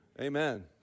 Amen